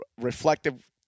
reflective